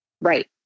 Right